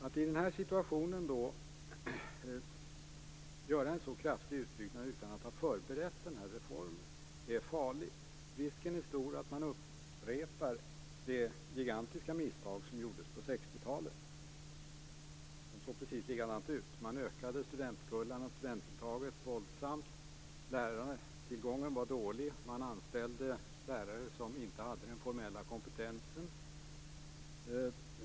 Att i den här situationen göra en så kraftig utbyggnad utan att ha förberett reformen är farligt. Risken är stor att man upprepar det gigantiska misstag som gjordes på 60-talet. Det såg precis likadant ut. Man ökade studentkullarna, studentintaget, våldsamt. Lärartillgången var dålig. Man anställde lärare som inte hade den formella kompetensen.